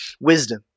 wisdom